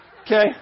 Okay